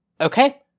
Okay